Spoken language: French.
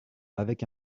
avec